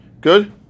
Good